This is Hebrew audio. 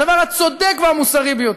הדבר הצודק והמוסרי ביותר.